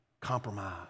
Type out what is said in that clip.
Compromise